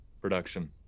production